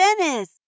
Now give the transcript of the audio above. Venice